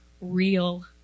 real